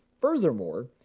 Furthermore